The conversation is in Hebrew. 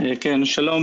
שלום,